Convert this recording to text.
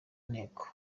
nteko